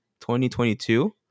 2022